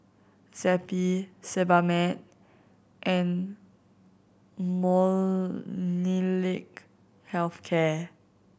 Zappy Sebamed and Molnylcke Health Care